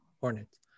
Hornets